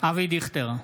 אבי דיכטר,